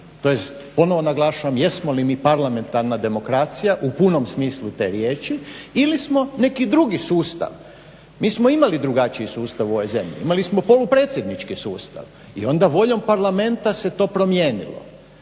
tj. ponovo naglašavam jesmo li mi parlamentarna demokracija u punom smislu te riječi ili smo neki drugi sustav. Mi smo imali drugačiji sustav u ovoj zemlji, imali smo polupredsjednički sustav. I onda voljom parlamenta se to promijenilo.